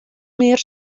mear